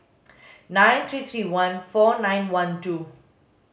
nine three three one four nine one two